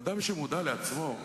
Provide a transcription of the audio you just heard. ואדם שמודע לעצמו,